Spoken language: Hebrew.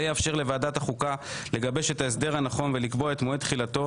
זה יאפשר לוועדת החוקה לגבש את ההסדר הנכון ולקבוע את מועד תחילתו,